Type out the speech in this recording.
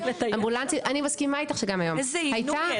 אני מסכימה איתך גם היום,